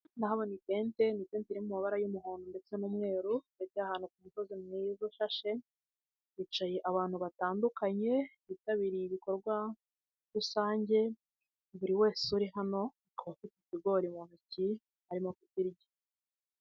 Ndahabona itente, ni itente riri mu mabara y'umuhondo ndetse n'umweru, ikaba iri ahantu ku musozi mwiza ushashe, hicaye abantu batandukanye bitabiriye ibikorwa rusange buri wese uri hano akaba afite ikigori mu ntoki arimo kugira igi